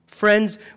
Friends